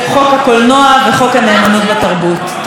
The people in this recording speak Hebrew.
תודה רבה, תמר.